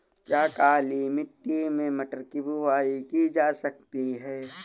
क्या काली मिट्टी में मटर की बुआई की जा सकती है?